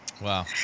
Wow